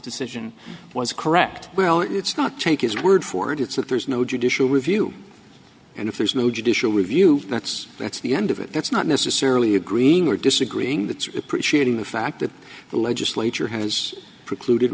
decision was correct well it's not take his word for it it's that there is no judicial review and if there is no judicial review that's that's the end of it that's not necessarily agreeing or disagreeing that's appreciating the fact that the legislature has precluded